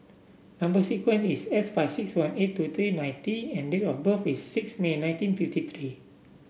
number sequence is S five six one eight two three nine T and date of birth is six May nineteen fifty three